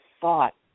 thought